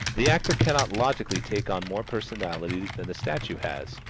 the actor cannot logically take on more personality than the statue has.